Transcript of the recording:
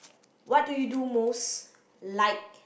what do you do most like